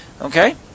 okay